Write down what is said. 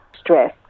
stress